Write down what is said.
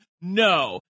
No